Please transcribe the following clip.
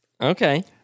Okay